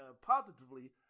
positively